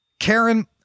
Karen